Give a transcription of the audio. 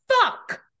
fuck